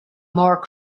more